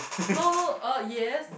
no no uh yes